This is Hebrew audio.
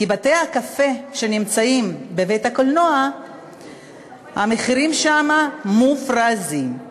כי בבתי-הקפה שנמצאים בבתי-הקולנוע המחירים מופרזים.